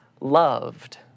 loved